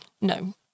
No